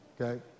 okay